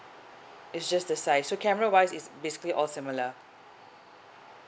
it's just the size so camera wise it's basically all similar